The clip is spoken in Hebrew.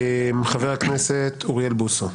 חבר הכנסת אוריאל בוסו.